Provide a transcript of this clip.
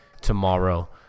tomorrow